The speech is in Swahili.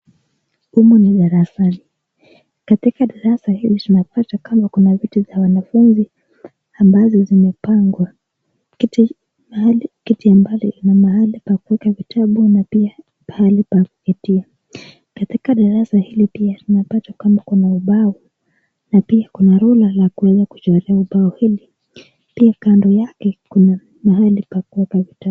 Humo ndani darasani. Katika darasa hili tunapata kama kuna viti za wanafunzi ambazo zimepangwa. Kiti mahali kiti mbali na mahali pa kuweka vitabu na pia mahali pa kuketia. Katika darasa hili pia tunapata kama kuna ubao na pia kuna rula la kuweza kuchorea ubao hili. Pia kando yake kuna mahali pa kuweka vitabu.